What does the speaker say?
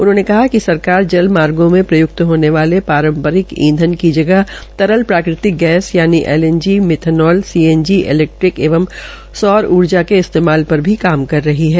उन्होंने कहा कि सरकारजल मार्गो मे प्रयक्त होने वाले पारम्परिक ईधन की जगह तरल प्राकृतिक गैया यानि L N G methanol CNG electronic एवं सौर ऊर्जा के इस्तेमाल पर भी कार्य कर रही है